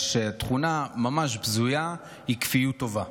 שתכונה ממש בזויה היא כפיות טובה,